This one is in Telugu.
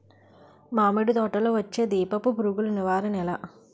మామిడి తోటలో వచ్చే దీపపు పురుగుల నివారణ ఎలా?